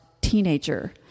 teenager